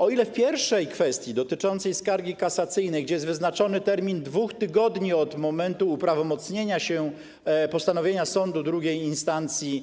O ile w pierwszej kwestii dotyczącej skargi kasacyjnej, gdzie jest wyznaczony termin 2 tygodni od momentu uprawomocnienia się postanowienia sądu drugiej instancji -